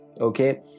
okay